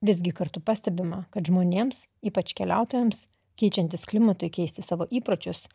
visgi kartu pastebima kad žmonėms ypač keliautojams keičiantis klimatui keisti savo įpročius